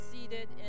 seated